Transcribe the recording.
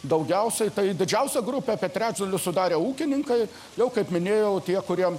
daugiausiai tai didžiausia grupė apie trečdalį sudarė ūkininkai jau kaip minėjau tie kurie